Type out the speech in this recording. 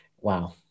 wow